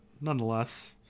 nonetheless